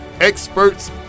experts